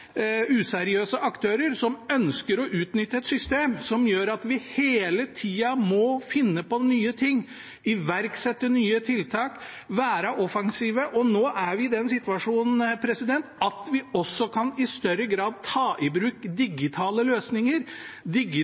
useriøse aktører som ønsker å utnytte et system, og som gjør at vi hele tida må finne på nye ting, iverksette nye tiltak, være offensive. Nå er vi i den situasjonen at vi i større grad også kan ta i bruk digitale løsninger,